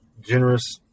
generous